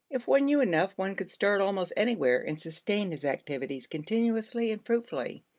if one knew enough, one could start almost anywhere and sustain his activities continuously and fruitfully.